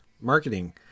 marketing